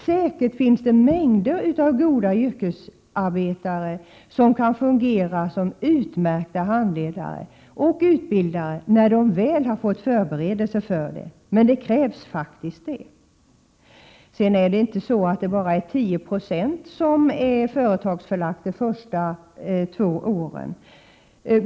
Det finns säkert mängder med goda yrkesarbetare som kan fungera som utmärkta handledare och utbildare — när de väl har förberetts för det. Men det är just detta som krävs. Det är inte bara 10 96 av utbildningen som är företagsförlagd de första två åren.